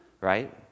right